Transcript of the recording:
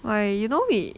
why you know we